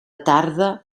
tarda